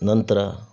ನಂತರ